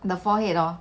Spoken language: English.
the forehead hor